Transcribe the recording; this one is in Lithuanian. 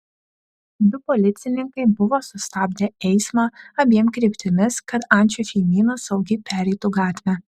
du policininkai buvo sustabdę eismą abiem kryptimis kad ančių šeimyna saugiai pereitų gatvę